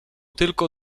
tylko